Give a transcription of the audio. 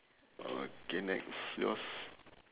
okay next yours